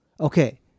okay